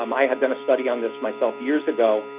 um i had done a study on this myself years ago,